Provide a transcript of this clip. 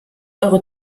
eure